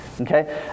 Okay